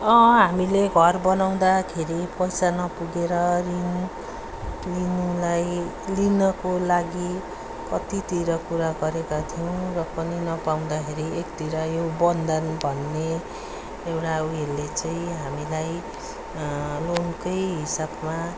अँ हामीले घर बनाउँदाखेरि पैसा नपुगेर ऋण लिनुलाई लिनुको लागि कतितिर कुरा गरेका थियौँ र पनि नपाउँदाखेरि एकतिर यो बन्धन भन्ने एउटा उयेल्ले चाहिँ हामीलाई लोनकै हिसाबमा